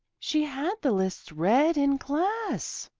she had the lists read in class!